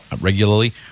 regularly